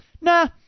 Nah